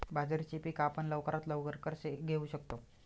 बाजरीचे पीक आपण लवकरात लवकर कसे घेऊ शकतो?